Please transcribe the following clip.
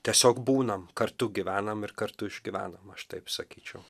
tiesiog būnam kartu gyvenam ir kartu išgyvenam aš taip sakyčiau